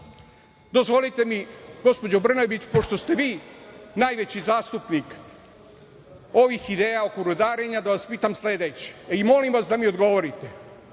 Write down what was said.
dozvolite mi gospođo Brnabić pošto ste vi najveći zastupnik ovih ideja oko rudarenja da vas pitam sledeće i molim vas da mi odgovorite